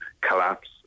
collapse